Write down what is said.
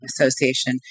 association